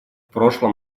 прошлом